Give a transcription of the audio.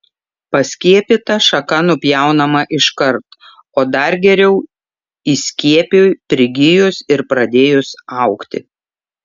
paskiepyta šaka nupjaunama iškart o dar geriau įskiepiui prigijus ir pradėjus augti